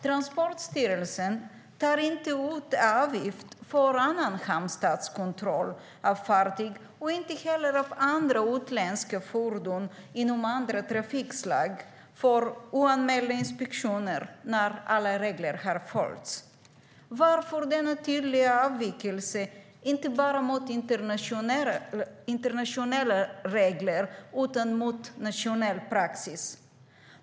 Transportstyrelsen tar inte ut avgift för annan hamnstatskontroll av fartyg och inte heller av andra utländska fordon inom andra trafikslag för oanmälda inspektioner när alla regler har följts. Varför denna tydliga avvikelse inte bara mot internationella regler utan också mot nationell praxis?